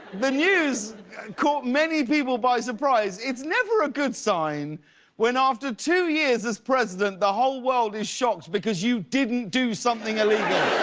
the news caught many people by surprise. it's never a good sign when after two years as president the whole world is shocked because you didn't did something illegal.